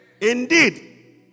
Indeed